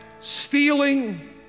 stealing